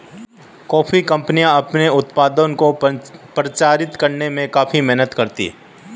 coffee कंपनियां अपने उत्पाद को प्रचारित करने में काफी मेहनत करती हैं